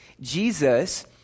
Jesus